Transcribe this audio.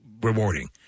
rewarding